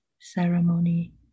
ceremony